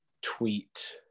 tweet